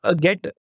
get